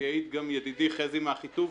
ויעיד גם ידידי חזי מאחיטוב,